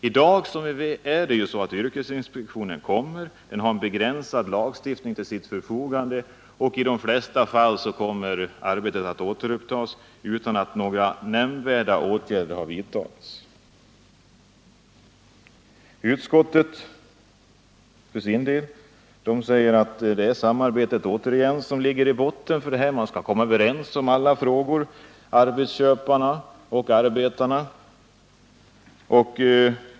I dag är det ju så att yrkesinspektionen kommer, men den har en begränsad lagstiftning till sitt förfogande, och i de flesta fall kommer arbetet att återupptas utan att några nämnvärda åtgärder har vidtagits. Utskottet för sin del pekar återigen på samarbetet i botten. Man skall komma överens om alla frågor mellan arbetsköparna och arbetarna.